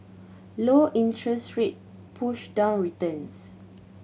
low interest rate push down returns